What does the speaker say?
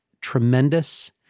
tremendous